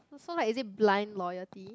so like is it blind loyalty